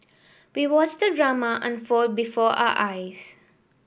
we watched the drama unfold before our eyes